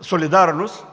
солидарност,